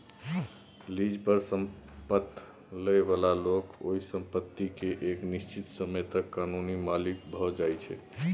lease पर संपैत लइ बला लोक ओइ संपत्ति केँ एक निश्चित समय तक कानूनी मालिक भए जाइ छै